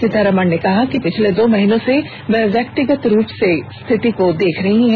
सीतारमण ने कहा कि पिछले दो महीनों से वह व्यक्तिगत रूप से स्थिति को देख रही हैं